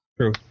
True